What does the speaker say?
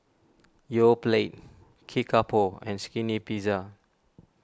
Yoplait Kickapoo and Skinny Pizza